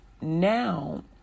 now